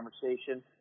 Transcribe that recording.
conversation